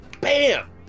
BAM